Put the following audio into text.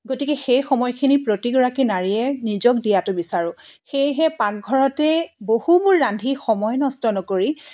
গতিকে সেই সময়খিনি প্ৰতিগৰাকী নাৰীয়ে নিজক দিয়াটো বিচাৰোঁ সেয়েহে পাকঘৰতে বহুবোৰ ৰান্ধি সময় নষ্ট নকৰি